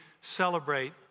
celebrate